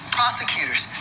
prosecutors